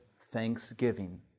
thanksgiving